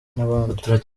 n’abandi